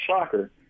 soccer